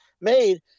made